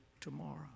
tomorrow